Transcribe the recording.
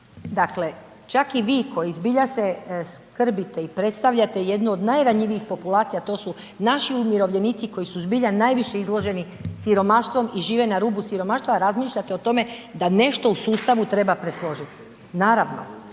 Dakle, čak i vi koji se zbilja skrbite i predstavljate jednu od najranjivijih populacija, a to su naši umirovljenici koji su zbilja najviše izloženi siromaštvu i žive na rubu siromaštva razmišljate o tome da nešto u sustavu treba presložiti. Naravno